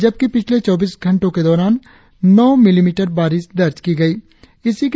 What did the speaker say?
जबकि पिछले चौबीस घंटो के दौरान नौ मिलीमीटर बारिस दर्ज की गई है